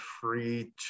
free